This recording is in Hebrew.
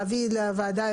להביא לוועדה,